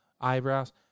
eyebrows